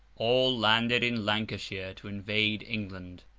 all landed in lancashire to invade england.